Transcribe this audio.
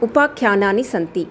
उपाख्यानानि सन्ति